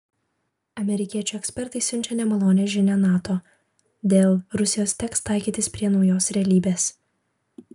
amerikiečių ekspertai siunčia nemalonią žinią nato dėl rusijos teks taikytis prie naujos realybės